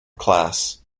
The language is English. class